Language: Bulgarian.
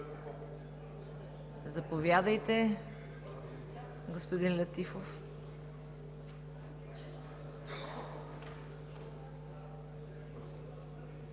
Заповядайте, господин Летифов.